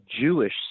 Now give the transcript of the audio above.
Jewish